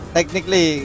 Technically